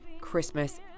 Christmas